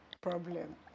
problem